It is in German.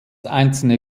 einzelne